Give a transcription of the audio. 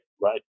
right